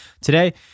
Today